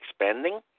expanding